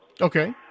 Okay